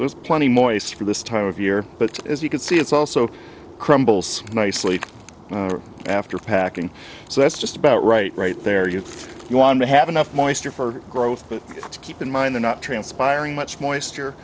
there's plenty more ice for this time of year but as you can see it's also crumbles nicely after packing so that's just about right right there you want to have enough moisture for growth but to keep in mind the not transpiring much moisture